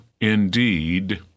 indeed